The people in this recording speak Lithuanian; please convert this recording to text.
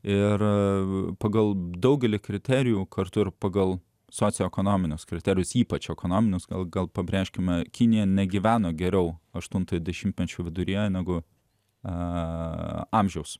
ir pagal daugelį kriterijų kartu ir pagal socioekonomines kriterijus ypač ekonominius gal gal pabrėžkime kinija negyveno geriau aštuntojo dešimtmečio viduryje negu a a